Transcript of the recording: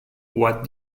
what